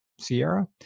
Sierra